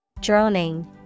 Droning